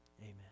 Amen